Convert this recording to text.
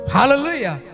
Hallelujah